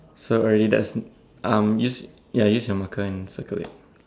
so really that's um use ya use your marker and circle it